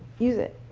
use it.